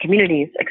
communities